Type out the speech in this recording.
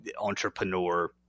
entrepreneur